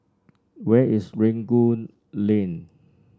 where is Rangoon Lane